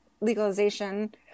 legalization